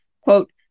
Quote